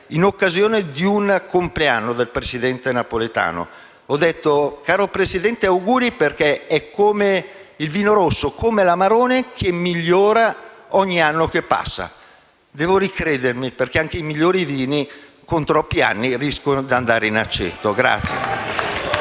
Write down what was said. in occasione di un compleanno del presidente Napolitano. Ho detto: «Caro Presidente, auguri! Lei è come il vino rosso, come l'amarone, che migliora ad ogni anno che passa». Devo ricredermi, perché anche i migliori vini, con troppi anni, rischiano di andare in aceto.